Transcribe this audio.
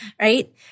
right